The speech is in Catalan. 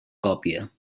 còpia